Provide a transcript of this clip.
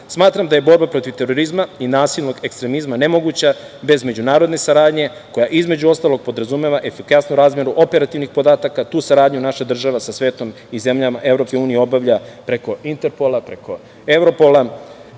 značaja. Smatram da je borba protiv terorizma i nasilnog ekstremizma nemoguća bez međunarodne saradnje koja, između ostalog, podrazumeva efikasnu razmenu operativnih podataka. Tu saradnju naša država sa svetom i zemljama EU obavlja preko Interpola, preko Evropola,